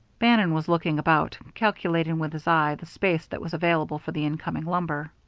bannon was looking about, calculating with his eye the space that was available for the incoming lumber.